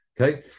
Okay